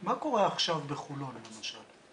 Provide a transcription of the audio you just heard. מה קורה עכשיו בחולון למשל?